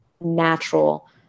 natural